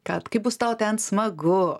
kad kaip bus tau ten smagu